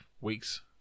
weeks